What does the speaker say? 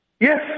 Yes